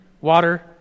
water